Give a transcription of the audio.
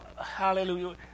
hallelujah